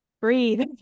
Breathe